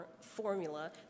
formula